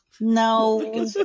No